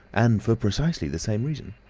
and for precisely the same reason!